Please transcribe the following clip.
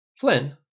Flynn